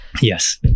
yes